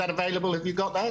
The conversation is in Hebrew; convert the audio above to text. שאתם קיבלתם אותה, האם היא זמינה?